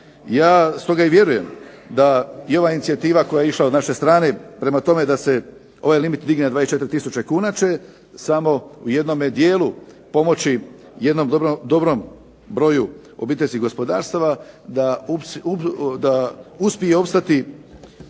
Ja stoga i vjerujem da i ova inicijativa koja je išla od naše strane prema tome da se ovaj limit digne na 24 kuna će samo u jednom dijelu pomoći jednom dobrom broju obiteljskih gospodarstva da uspije opstati